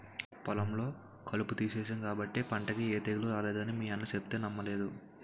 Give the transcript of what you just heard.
పొలంలో కలుపు తీసేను కాబట్టే పంటకి ఏ తెగులూ రానేదని మీ అన్న సెప్తే నమ్మలేదు